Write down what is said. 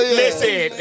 listen